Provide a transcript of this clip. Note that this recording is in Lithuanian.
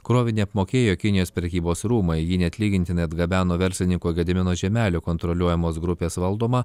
krovinį apmokėjo kinijos prekybos rūmai jį neatlygintinai atgabeno verslininko gedimino žiemelio kontroliuojamos grupės valdoma